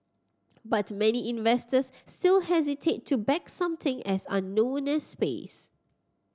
but many investors still hesitate to back something as unknown as space